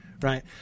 Right